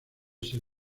ser